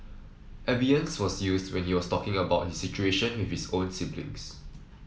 Abeyance was used when he was talking about his situation with his own siblings